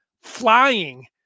flying